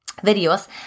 videos